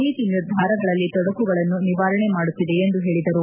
ನೀತಿ ನಿರ್ಧಾರಗಳಲ್ಲಿ ತೊಡಕುಗಳನ್ನು ನಿವಾರಣೆ ಮಾಡುತ್ತಿದೆ ಎಂದು ಹೇಳಿದರು